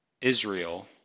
Israel